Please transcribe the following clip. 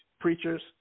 preachers